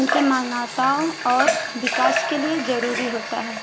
उनके मानवताओं और विकास के लिए जरूरी होता है